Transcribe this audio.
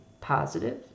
positive